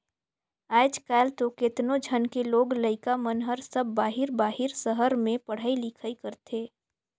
आयज कायल तो केतनो झन के लोग लइका मन हर सब बाहिर बाहिर सहर में पढ़ई लिखई करथे